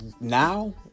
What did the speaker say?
now